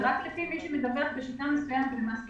זה רק לפי מי שמדווח בשיטה מסוימת למס הכנסה.